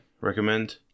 Recommend